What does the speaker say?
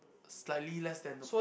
slightly less than